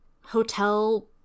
hotel